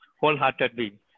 wholeheartedly